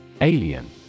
Alien